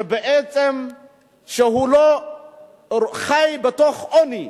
שבעצם חי בתוך עוני,